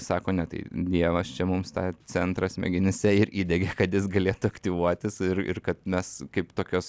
sako ne tai dievas čia mums tą centrą smegenyse ir įdiegė kad jis galėtų aktyvuotis ir ir kad mes kaip tokios